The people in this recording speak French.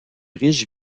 riche